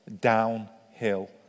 downhill